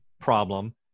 problem